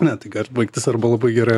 na tai gali baigtis arba labai gerai